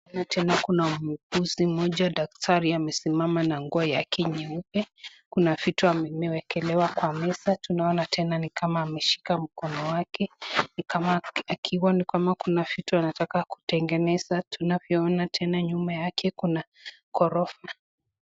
Na tena kuna muuguzi moja daktari amesimama na nguo yake nyeupe kuna vitu amewekelewa kwa meza tunaona tena ameshika mkono wake ni kama kuna vitu anataka kutengeneza tunavyoona tena nyuma yake kuna ghorofa.